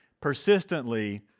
persistently